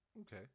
Okay